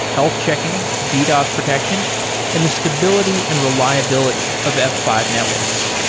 health checking, ddos protection and the stability and reliability of f five networks.